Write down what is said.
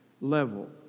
level